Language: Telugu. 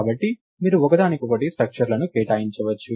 కాబట్టి మీరు ఒకదానికొకటి స్ట్రక్చర్లను కేటాయించవచ్చు